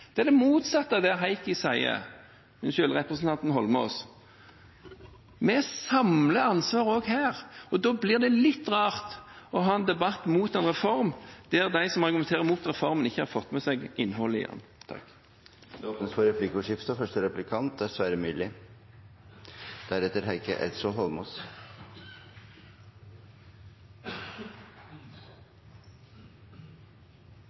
Det er det motsatte av det representanten Eidsvoll Holmås sier. Vi samler ansvaret også her. Da blir det litt rart å ha en debatt om en reform der de som argumenterer mot reformen, ikke har fått med seg innholdet i den. Det blir replikkordskifte.